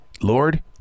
Lord